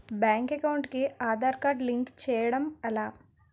Bank account కి Aadhaar card link చేయడం ఎలా?